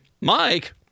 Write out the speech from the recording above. Mike